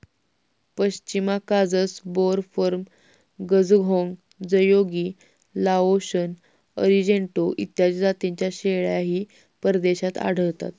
पश्मिना काजस, बोर, फर्म, गझहोंग, जयोगी, लाओशन, अरिजेंटो इत्यादी जातींच्या शेळ्याही परदेशात आढळतात